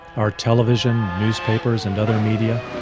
our television, newspapers and other media,